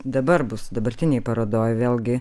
dabar bus dabartinėj parodoj vėlgi